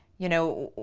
you know.